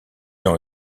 dans